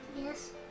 Yes